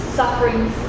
sufferings